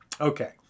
Okay